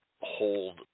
hold